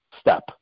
step